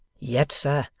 yet, sir,